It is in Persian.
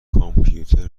کامپیوتر